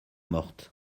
mortes